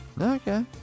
Okay